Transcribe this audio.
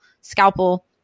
Scalpel